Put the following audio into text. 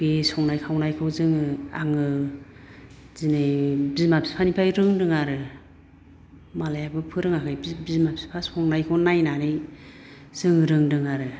बे संनाय खावनायखौ जोङो आङो दिनै बिमा बिफानिफ्राय रोंदों आरो मालायाबो फोरोङाखै बि बिमा फिफा संनायखौ नायनानै जोङो रोंदों आरो